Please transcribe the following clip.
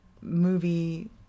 movie